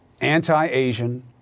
anti-Asian